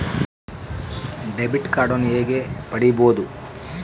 Debit ಕಾರ್ಡನ್ನು ಹೇಗೆ ಪಡಿಬೋದು?